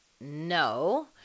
no